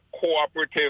cooperative